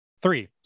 Three